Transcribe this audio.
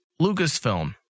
Lucasfilm